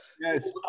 Yes